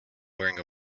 wearing